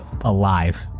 alive